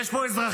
יש פה אזרחים,